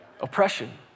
Oppression